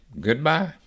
goodbye